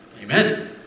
amen